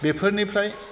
बेफोरनिफ्राय